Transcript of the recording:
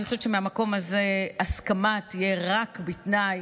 אני חושבת שמהמקום הזה הסכמה תהיה רק בתנאי